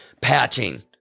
patching